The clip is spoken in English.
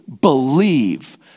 believe